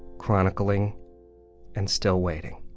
chronicling and still waiting